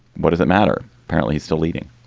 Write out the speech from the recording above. what does it matter? apparently, he's still leading,